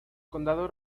condados